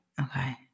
Okay